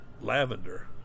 lavender